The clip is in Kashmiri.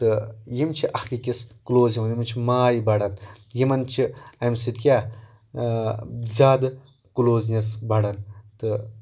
تہٕ یِم چھِ اَکھ أکِس کٔلوز یِوان یِمن چھِ ماے بَڑان یِمن چھِ اَمہِ سٕتۍ کیاہ زیادٕ کٔلوزنیٚس بَڑان تہٕ